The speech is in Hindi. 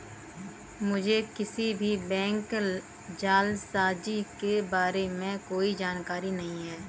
मुझें किसी भी बैंक जालसाजी के बारें में कोई जानकारी नहीं है